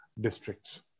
districts